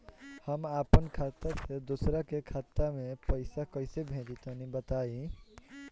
हम आपन खाता से दोसरा के खाता मे पईसा कइसे भेजि तनि बताईं?